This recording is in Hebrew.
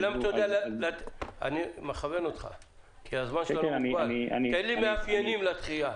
השאלה אם אתה יודע, תן לי מאפיינים לדחייה.